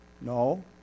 No